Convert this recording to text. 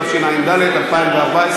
התשע"ד 2014,